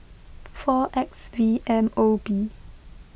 four X V M O B